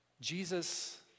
Jesus